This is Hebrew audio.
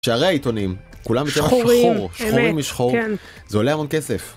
שערי העיתונים כולם יותר שחורים משחור, זה עולה המון כסף.